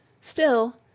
Still